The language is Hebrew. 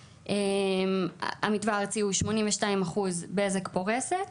המתווה הארצי הוא 82%, בזק פורסת,